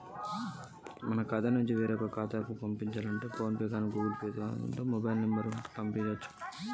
మా ఖాతా నుండి వేరొక ఖాతాకు పైసలు ఎలా పంపియ్యాలి?